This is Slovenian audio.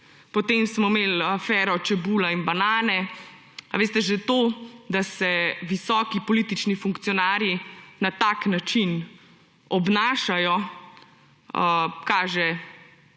Potem smo imeli afero čebula in banane. Že to, da se visoki politični funkcionarji na tak način obnašajo, kaže